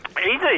easy